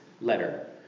letter